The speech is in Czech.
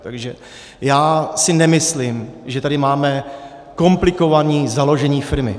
Takže si nemyslím, že tady máme komplikované založení firmy.